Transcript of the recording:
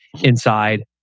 inside